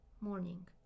morning